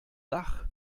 dach